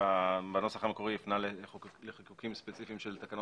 הנוסח המקורי הפנה לחיקוקים ספציפיים של תקנות